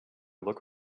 look